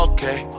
Okay